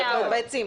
בעצים.